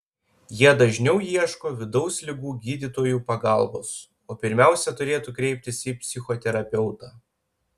jie dažniau ieško vidaus ligų gydytojų pagalbos o pirmiausia turėtų kreiptis į psichoterapeutą